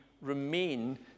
remain